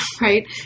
right